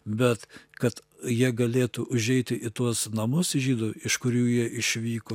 bet kad jie galėtų užeiti į tuos namus žydų iš kurių jie išvyko